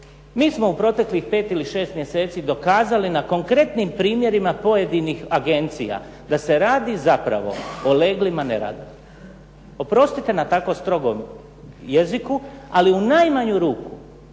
Mi smo u proteklih pet ili šest mjeseci dokazali na konkretnim primjerima pojedinih agencija da se radi zapravo o leglima nerada. Oprostite na tako strogom jeziku, ali u najmanju ruku